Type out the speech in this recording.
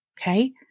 okay